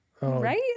right